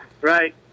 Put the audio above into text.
Right